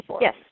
Yes